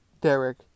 Derek